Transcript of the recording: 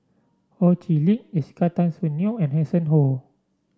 Ho Chee Lick Jessica Tan Soon Neo and Hanson Ho